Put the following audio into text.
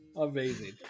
Amazing